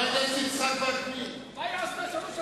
מה היא עשתה כראש הממשלה?